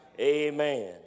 Amen